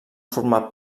format